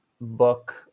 book